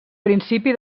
principi